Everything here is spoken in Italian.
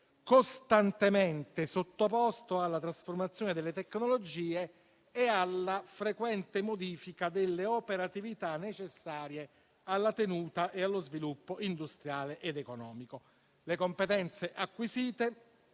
costantemente sottoposto alla trasformazione delle tecnologie e alla frequente modifica delle operatività necessarie alla tenuta e allo sviluppo industriale ed economico. Le competenze acquisite